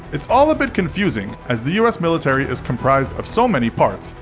it's all a bit confusing as the u s. military is comprised of so many parts,